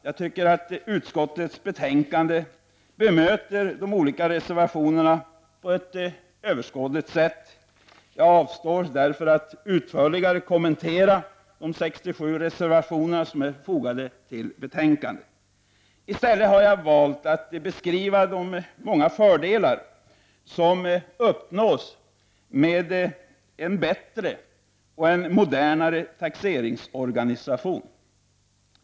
Jag tycker att de olika reservationerna bemöts på ett överskådligt sätt i betänkandet. Jag avstår därför från att utförligare kommentera de 67 reservationer som är fogade till betänkandet. I stället har jag valt att beskriva de många fördelar som uppnås med en bättre och modernare taxeringsorganisation.